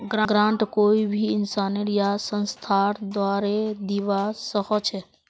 grant कोई भी इंसानेर या संस्थार द्वारे दीबा स ख छ